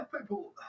People